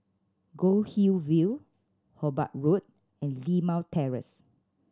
Goldhill View Hobart Road and Limau Terrace